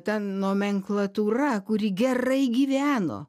ta nomenklatūra kuri gerai gyveno